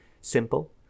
simple